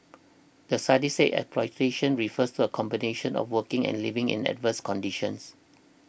the study said exploitation refers to a combination of working and living in adverse conditions